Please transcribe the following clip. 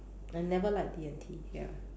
I never like D&T ya